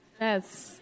Yes